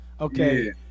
okay